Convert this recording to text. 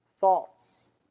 thoughts